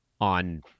on